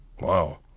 Wow